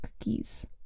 cookies